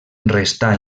restà